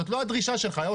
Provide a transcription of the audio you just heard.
זאת לא הדרישה שלך, נכון?